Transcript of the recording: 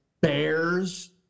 Bears